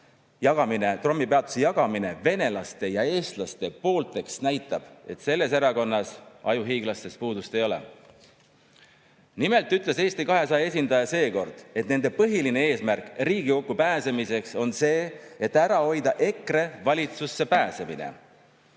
trammipeatuse jagamine venelaste ja eestlaste pooleks näitab, et selles erakonnas ajuhiiglastest puudust ei ole. Nimelt ütles Eesti 200 esindaja seekord, et nende põhiline eesmärk Riigikokku pääsemiseks on see, et ära hoida EKRE valitsusse pääsemine.